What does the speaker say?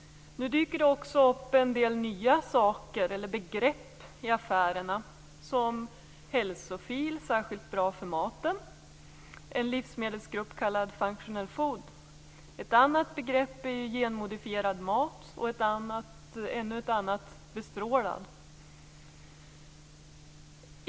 Nu dyker det också upp en del nya saker eller begrepp i affärerna. Vi har en livsmedelsgrupp kallad functional food, t.ex. hälsofil - särskilt bra för magen. Ett annat begrepp är genmodifierad mat och ännu ett annat bestrålad mat.